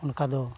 ᱚᱱᱠᱟ ᱫᱚ